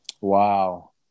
Wow